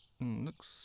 looks